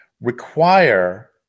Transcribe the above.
require